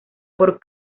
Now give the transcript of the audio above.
por